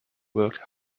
worked